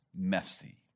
messy